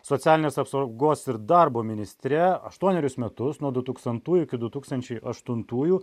socialinės apsaugos ir darbo ministre aštuonerius metus nuodutūkstantųjų iki du tūkstančiai aštuntųjų